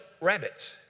rabbits